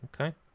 Okay